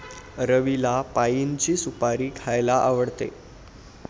रवीला पाइनची सुपारी खायला आवडते